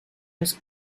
los